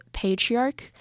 patriarch